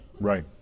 Right